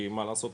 כי מה לעשות,